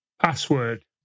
password